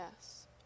Yes